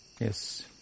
Yes